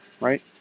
right